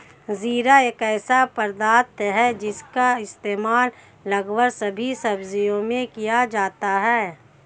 जीरा एक ऐसा पदार्थ है जिसका इस्तेमाल लगभग सभी सब्जियों में किया जाता है